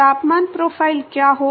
तापमान प्रोफाइल क्या होगा